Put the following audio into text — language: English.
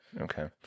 Okay